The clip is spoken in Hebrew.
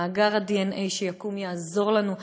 מאגר הדנ"א שיקום יעזור לנו,